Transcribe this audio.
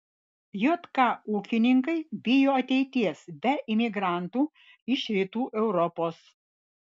jk ūkininkai bijo ateities be imigrantų iš rytų europos